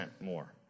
more